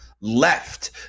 left